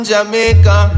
Jamaica